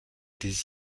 des